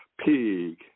pig